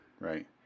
Right